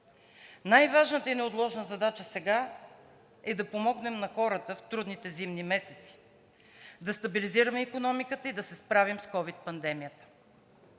Най-важната и неотложна задача сега е да помогнем на хората в трудните зимни месеци, да стабилизираме икономиката и да се справим с ковид пандемията.